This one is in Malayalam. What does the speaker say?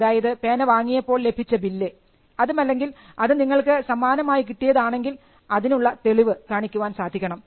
അതായത് പേന വാങ്ങിയപ്പോൾ ലഭിച്ച ബില്ല് അതുമല്ലെങ്കിൽ അത് നിങ്ങൾക്ക് സമ്മാനമായി കിട്ടിയതാണെങ്കിൽ അതിനുള്ള തെളിവ് കാണിക്കുവാൻ സാധിക്കണം